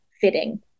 fitting